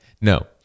no